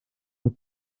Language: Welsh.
wyt